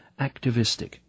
activistic